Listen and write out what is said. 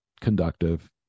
conductive